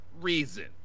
reason